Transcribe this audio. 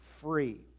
free